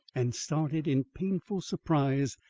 and started in painful surprise,